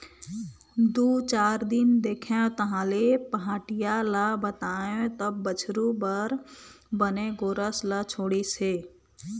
दू चार दिन देखेंव तहाँले पहाटिया ल बताएंव तब बछरू बर बने गोरस ल छोड़िस हे